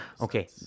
Okay